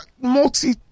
Multi